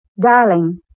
Darling